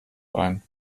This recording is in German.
ein